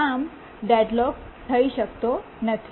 આમ ડેડલોક થઈ શકતો નથી